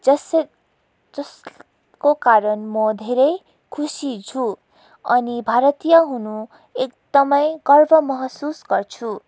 जस जसको कारण म धेरै खुशी छु अनि भारतीय हुनु एकदमै गर्व महसुस गर्छु